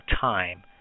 time